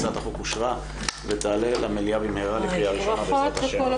הצעת החוק אושרה ותעלה למליאה במהרה לקריאה ראשונה בעזרת השם.